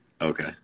Okay